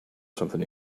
something